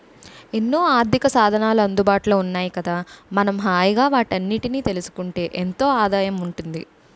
ఎన్నో ఆర్థికసాధనాలు అందుబాటులో ఉన్నాయి కదా మనం హాయిగా వాటన్నిటినీ తెలుసుకుంటే ఎంతో ఆదాయం ఉంటుంది